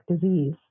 disease